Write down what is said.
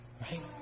Right